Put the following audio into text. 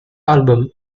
album